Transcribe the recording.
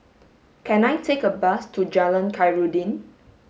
can I take a bus to Jalan Khairuddin